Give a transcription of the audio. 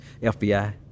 FBI